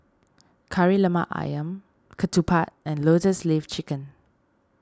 Kari Lemak Ayam Ketupat and Lotus Leaf Chicken